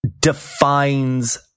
defines